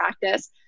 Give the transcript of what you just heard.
practice